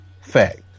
fact